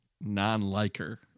non-liker